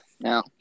Now